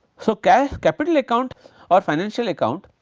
so, cash capital account or financial account